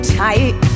tight